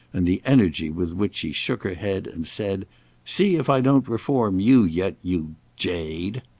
and the energy with which she shook her head and said see if i don't reform you yet, you jade!